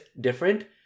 different